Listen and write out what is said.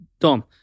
Tom